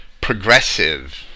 progressive